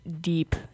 deep